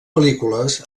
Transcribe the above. pel·lícules